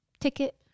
ticket